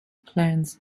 plants